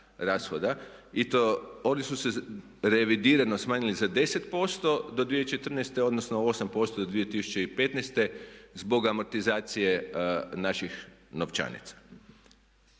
I to oni su se revidirano smanjili za 10% do 2014. odnosno 8% do 2015. zbog amortizacije naših novčanica.